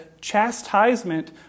chastisement